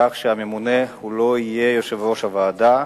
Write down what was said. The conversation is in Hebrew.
כך שהממונה לא יהיה יושב-ראש הוועדה,